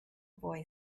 boy